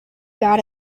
got